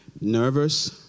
nervous